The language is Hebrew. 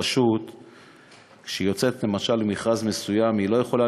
היום רשות שיוצאת למכרז מסוים לא יכולה